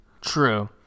True